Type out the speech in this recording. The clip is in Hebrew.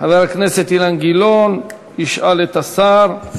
חבר הכנסת אילן גילאון ישאל את השר.